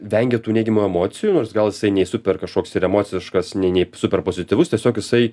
vengia tų neigiamų emocijų nors gal jisai nei super kažkoks ir emociškas nei nei super pozityvus tiesiog jisai